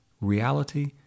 reality